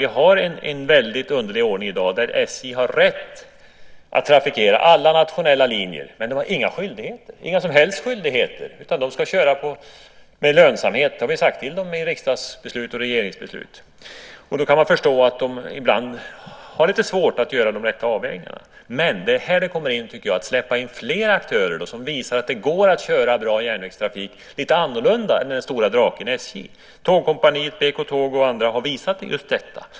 Vi har en väldigt underlig ordning i dag, där SJ har rätt att trafikera alla nationella linjer men inga som helst skyldigheter. De ska köra med lönsamhet - det har vi sagt till dem i riksdagsbeslut och regeringsbeslut. Då kan man förstå att de ibland har lite svårt att göra de rätta avvägningarna. Det är här det kommer in att vi kan släppa in fler aktörer, som visar att det går att köra bra järnvägstrafik lite annorlunda än den stora draken SJ gör. Tågkompaniet, BK-Tåg och andra har visat just detta.